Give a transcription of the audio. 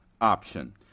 option